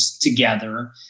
together